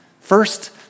first